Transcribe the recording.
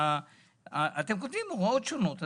ואתם כותבים הוראות שונות.